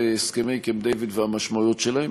הסכמי קמפ-דייוויד והמשמעויות שלהם.